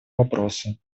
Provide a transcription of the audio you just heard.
вопросу